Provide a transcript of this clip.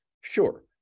Sure